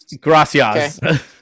Gracias